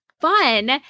fun